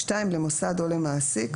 למוסד או למעסיק